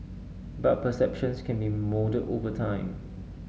but perceptions can be moulded over time